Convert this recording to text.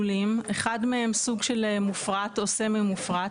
סוג של מופרט, או סמי מופרט,